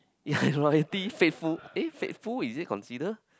ya and loyalty faithful eh faithful is consider